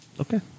Okay